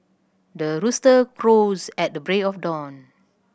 the rooster crows at the break of dawn